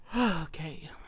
Okay